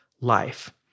life